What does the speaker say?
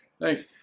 Thanks